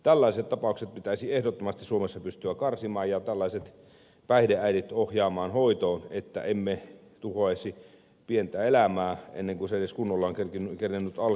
tällaiset tapaukset pitäisi ehdottomasti suomessa pystyä karsimaan ja tällaiset päihdeäidit ohjaamaan hoitoon että emme tuhoaisi pientä elämää ennen kun se edes kunnolla on kerinnyt alkaa